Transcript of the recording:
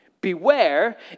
Beware